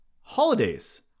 Holidays